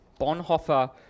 Bonhoeffer